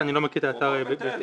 אני לא מכיר את האתר בבית אל.